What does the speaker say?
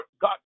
God